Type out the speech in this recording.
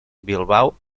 bilbao